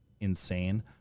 insane